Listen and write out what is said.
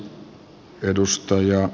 arvoisa puhemies